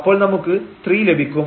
അപ്പോൾ നമുക്ക് 3 ലഭിക്കും